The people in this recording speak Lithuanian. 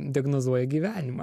diagnozuoja gyvenimą